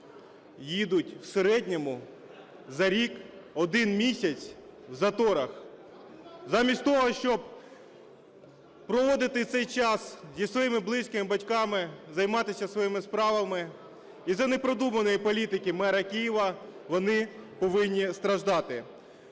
їдуть в середньому за рік 1 місяць в заторах, замість того щоб проводити цей час зі своїми близькими, батьками, займатися своїми справами, із-за непродуманої політики мера Києва вони повинні страждати.